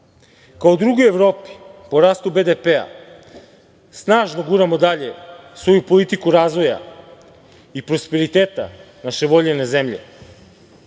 kao drugi u Evropi po rastu BDP, snažno guramo dalje svoju politiku razvoja i prosperiteta naše voljene zemlje.